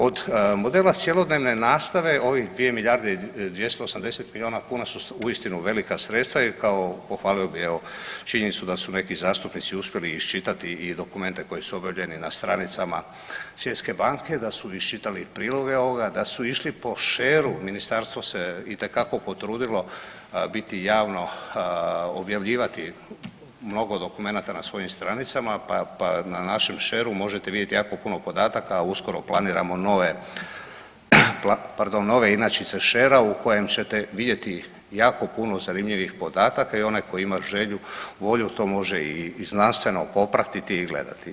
Od modela cjelodnevne nastave ovih 2 milijarde i 280 milijuna kuna su uistinu velika sredstva jer kao pohvalio bi evo činjenicu da su neki zastupnici uspjeli iščitati i dokumente koji su objavljeni na stranicama Svjetske banke, da su iščitali priloge ovoga, da su išli po sheru ministarstvo se itekako potrudilo biti javno objavljivati mnogo dokumenata na svojim stranicama, pa, pa na našem sheru možete vidjeti jako puno podataka, a uskoro planiramo nove, pardon, nove inačice shera u kojem ćete vidjeti jako puno zanimljivih podataka i onaj ko ima želju i volju to može i znanstveno popratiti i gledati.